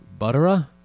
Butera